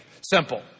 Simple